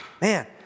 Man